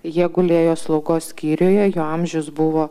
jie gulėjo slaugos skyriuje jo amžius buvo